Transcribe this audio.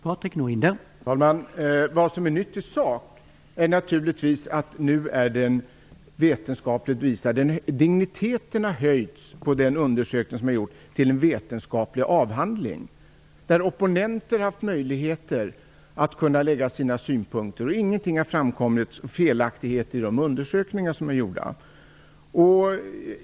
Herr talman! Vad som är nytt i sak är naturligtvis den vetenskapliga bevisningen. Digniteten på den undersökning som har gjorts har höjts. Den har upphöjts till en vetenskaplig avhandling. Opponenter har haft möjligheter att framlägga sina synpunkter. Inga felaktigheter har framkommit i de undersökningar som är gjorda.